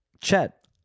chet